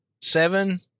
Seven